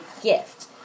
gift